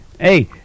Hey